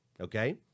Okay